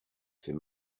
fais